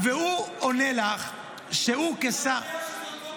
הוא עונה לך שהוא כשר --- אתה יודע שזאת לא תחרות